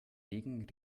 degen